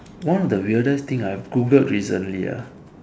one of the weirdest thing I've Googled recently ah